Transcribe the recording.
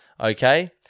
Okay